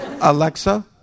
Alexa